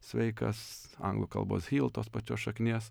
sveikas anglų kalbos tos pačios šaknies